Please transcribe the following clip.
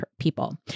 people